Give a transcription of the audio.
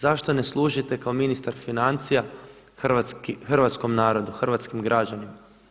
Zašto ne služite kao ministar financija hrvatskom narodu, hrvatskim građanima?